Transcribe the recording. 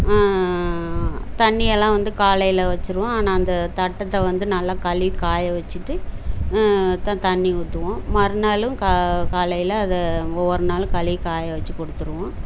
தண்ணியெலாம் வந்து காலையில் வெச்சுருவோம் ஆனால் அந்த தட்டத்தை வந்து நல்லா கழுவி காய வெச்சுட்டு தான் தண்ணி ஊற்றுவோம் மறுநாளும் கா காலையில் அதை ஒவ்வொரு நாளும் கழுவி காய வெச்சு கொடுத்துருவோம்